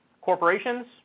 corporations